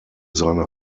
seine